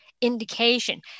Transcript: indication